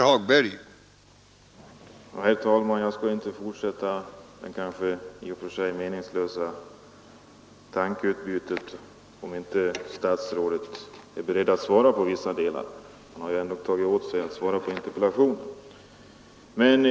Herr talman! Jag kanske inte skall fortsätta tankeutbytet, som blir Måndagen den meningslöst om inte statsrådet är beredd att svara på vissa punkter — han 3 december 1973 har ju ändå åtagit sig att svara på interpellationen.